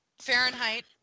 Fahrenheit